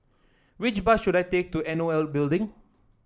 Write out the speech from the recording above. which bus should I take to N O L Building